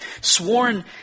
sworn